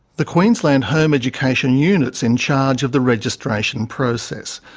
the queensland home education unit is in charge of the registration process.